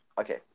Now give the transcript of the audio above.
Okay